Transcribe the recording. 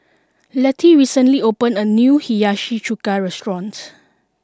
Letty recently opened a new Hiyashi Chuka restaurants